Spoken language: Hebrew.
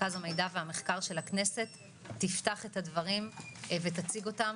מרכז המידע והמחקר של הכנסת תפתח את הדברים ותציג אותם.